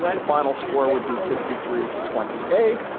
the final score would be sixty three to twenty eight.